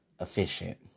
efficient